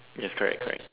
yes correct correct